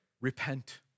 repent